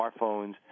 smartphones